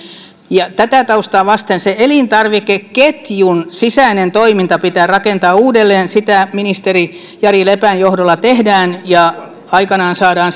tätä taustaa vasten se elintarvikeketjun sisäinen toiminta pitää rakentaa uudelleen sitä ministeri jari lepän johdolla tehdään ja aikanaan saadaan